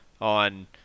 on